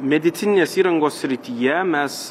medicininės įrangos srityje mes